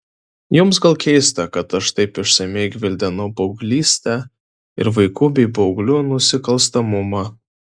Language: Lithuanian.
jums gal keista kad aš taip išsamiai gvildenau paauglystę ir vaikų bei paauglių nusikalstamumą